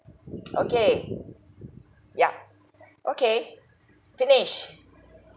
okay ya okay finish